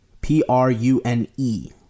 P-R-U-N-E